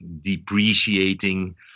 depreciating